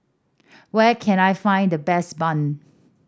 where can I find the best bun